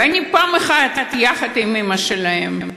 ואני פעם אחת, יחד עם אימא שלהם,